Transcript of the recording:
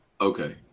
okay